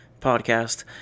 podcast